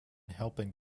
helping